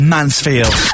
Mansfield